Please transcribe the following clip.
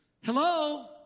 Hello